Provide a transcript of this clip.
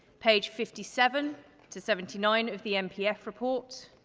page fifty seven to seventy nine of the npf report.